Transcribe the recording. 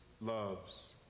loves